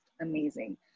amazing